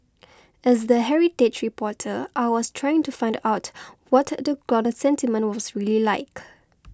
as the heritage reporter I was trying to find out what the ground sentiment was really like